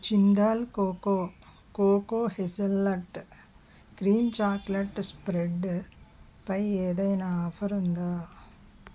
Jindal cocoa cocoa hazelnut cream chocolate పై spread ఏదైనా offer ఉందా